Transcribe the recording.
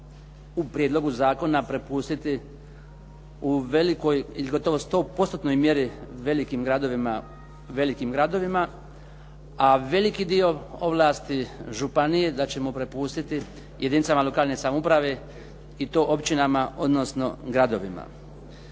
u prijedlogu zakona prepustiti u velikoj ili gotovo 100 postotnoj mjeri velikim gradovima, a veliki dio ovlasti županije da ćemo prepustiti jedinicama lokalne samouprave i to općinama, odnosno gradovima.